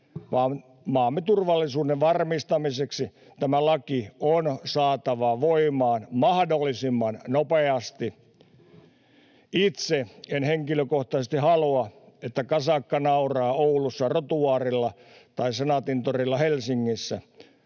maamme turvallisuuden varmistamiseksi tämä laki on saatava voimaan mahdollisimman nopeasti. Itse henkilökohtaisesti en halua, että kasakka nauraa Oulussa Rotuaarilla tai Senaatintorilla Helsingissä.